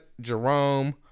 Jerome